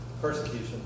Persecution